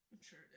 Sure